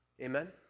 Amen